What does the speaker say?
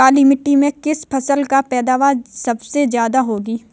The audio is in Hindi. काली मिट्टी में किस फसल की पैदावार सबसे ज्यादा होगी?